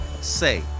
Say